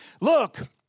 look